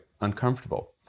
uncomfortable